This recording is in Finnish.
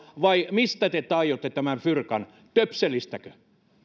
vai mistä te taiotte tämän fyrkan töpselistäkö